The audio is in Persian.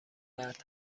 مرد